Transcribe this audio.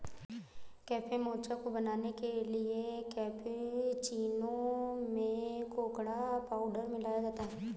cafe mocha को बनाने के लिए कैप्युचीनो में कोकोडा पाउडर मिलाया जाता है